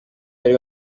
wari